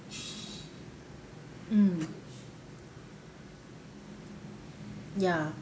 mm